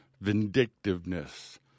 vindictiveness